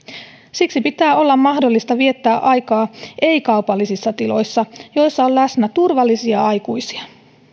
siksi pitää olla mahdollista viettää aikaa ei kaupallisissa tiloissa joissa on läsnä turvallisia aikuisia